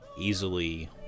easily